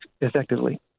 effectively